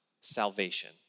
salvation